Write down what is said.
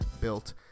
built